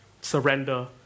Surrender